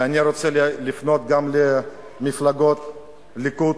ואני רוצה לפנות גם למפלגת הליכוד,